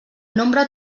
nombre